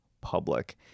public